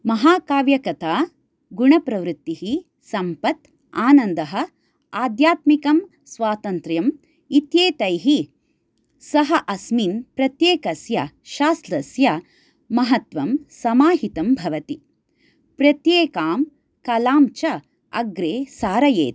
महाकाव्यकथा गुणप्रवृत्तिः सम्पत्त् आनन्दः आद्यात्मिकं स्वातन्त्र्यम् इत्येतैः सह अस्मिन् प्रत्येकस्य शास्त्रस्य महत्त्वं समाहितं भवति प्रत्येकां कलां च अग्रे सारयेत्